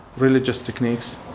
religious techniques.